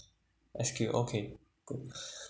S_Q okay